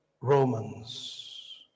Romans